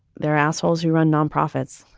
there are assholes who run non-profits.